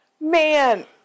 Man